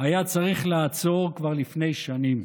היה צריך לעצור כבר לפני שנים.